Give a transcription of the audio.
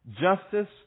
Justice